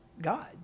God